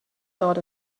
dot